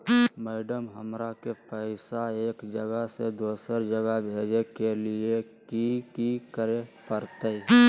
Madam, हमरा के पैसा एक जगह से दुसर जगह भेजे के लिए की की करे परते?